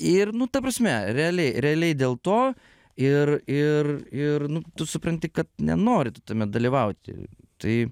ir nu ta prasme realiai realiai dėl to ir ir ir nu tu supranti kad nenori tu tame dalyvauti tai